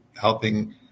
helping